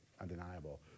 undeniable